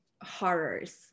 horrors